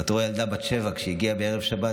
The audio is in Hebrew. ואתה רואה ילדה בת שבע, שהגיעה בערב שבת,